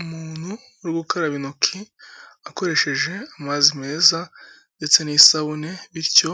Umuntu uri gukaraba intoki akoresheje amazi meza ndetse n'isabune, bityo